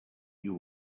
you